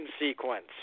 sequence